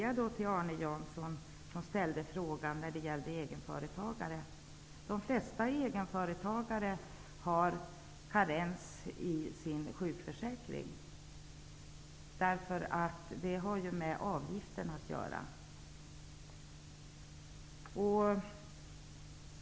Arne Jansson ställde en fråga angående egenföretagare. De flesta egenföretagare har karens medtagen i sjukförsäkringen. Det har med avgiften att göra.